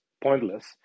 pointless